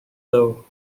low